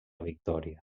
victòria